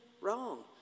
wrong